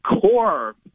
core